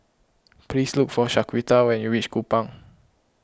please look for Shaquita when you reach Kupang